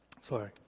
Sorry